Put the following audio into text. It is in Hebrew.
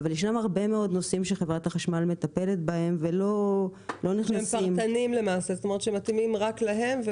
אבל ישנם הרבה מאוד נושאים שחברת החשמל מטפלת בהם שהם מתאימים רק להם,